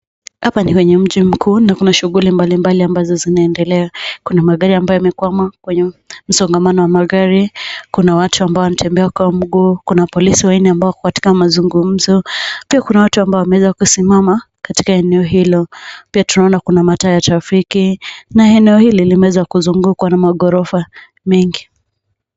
Hapa ni kwenye mji mkuu na kuna shughuli mbalimbali ambazo zinaendelea. Kuna magari ambayo yamekwama kwa msongamano wa magari, kuna watu ambao wanatembea kwa mguu, kuna polisi wanne ambao wako kwa mazugumzo. Pia kuna watu ambao wameweza kusimama katika eneo hilo. Pia kuna mataa ya trafiki na eneo hili limeweza kuzugukwa na maghorofa mengi.